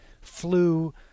flew